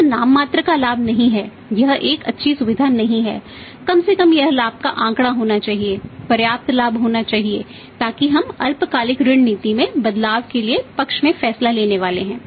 यह नाममात्र का लाभ नहीं है यह एक अच्छी सुविधा नहीं है कम से कम यह लाभ का आंकड़ा होना चाहिए पर्याप्त लाभ होना चाहिए तभी हम अल्पकालिक ऋण नीति में बदलाव के पक्ष में फैसला लेने वाले हैं